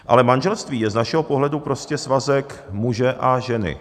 Ale manželství je z našeho pohledu prostě svazek muže a ženy.